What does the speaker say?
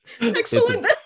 Excellent